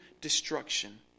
destruction